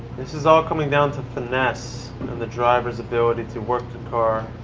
this is all coming down to finesse and the drivers' ability to work the car,